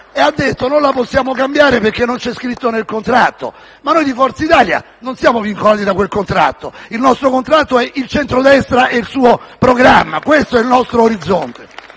ha detto che non la possono cambiare, perché non è previsto nel contratto. Ma noi di Forza Italia non siamo vincolati da quel contratto. Il nostro contratto è il centrodestra e il suo programma. Questo è il nostro orizzonte.